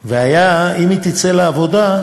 והיה, אם היא תצא לעבודה,